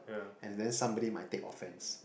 and then somebody might take offense